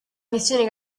missione